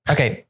Okay